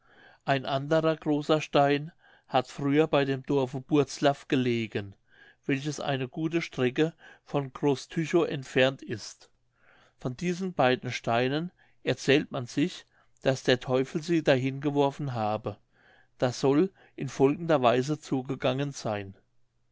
ein anderer großer stein hat früher bei dem dorfe burzlaff gelegen welches eine gute strecke von groß tychow entfernt ist von diesen beiden steinen erzählt man sich daß der teufel sie dahin geworfen habe das soll in folgender weise zugegangen seyn